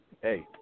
hey